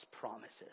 promises